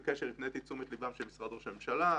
הפניתי את תשומת ליבו של משרד ראש הממשלה.